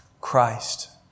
Christ